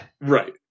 Right